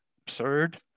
absurd